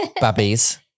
babies